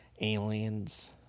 aliens